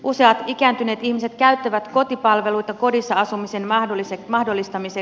useat ikääntyneet ihmiset käyttävät kotipalveluita kodissa asumisen mahdollistamiseksi